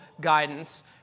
guidance